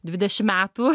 dvidešimt metų